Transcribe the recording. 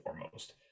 foremost